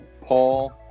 Paul